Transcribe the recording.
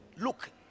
Look